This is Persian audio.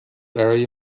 برای